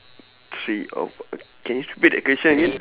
three of uh can you repeat the question again